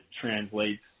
translates